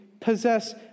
possess